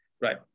right